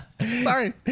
Sorry